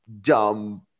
dumb